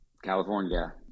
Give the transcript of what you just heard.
California